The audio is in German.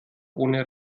ohne